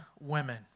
women